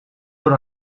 what